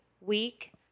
week